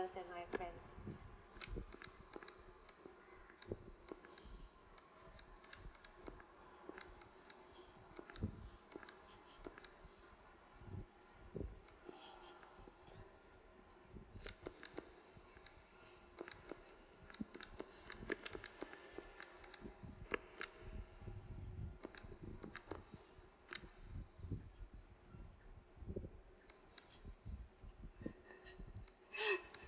and my friends